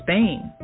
Spain